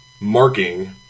marking